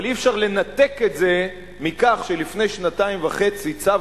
אבל אי-אפשר לנתק את זה מכך שלפני שנתיים וחצי צו